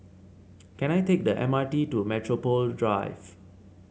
can I take the M R T to Metropole Drive